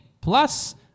plus